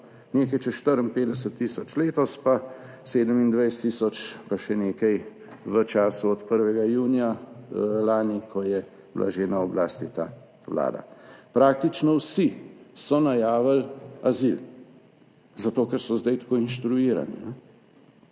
nekaj čez 54 tisoč, letos pa 27 tisoč pa še nekaj v času od 1. junija lani, ko je bila že na oblasti ta vlada. Praktično vsi so najavili azil, zato ker so zdaj tako inštruirani.